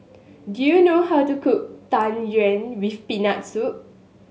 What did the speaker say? do you know how to cook Tang Yuen with Peanut Soup